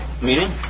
Meaning